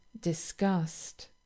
disgust